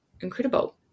incredible